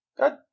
Good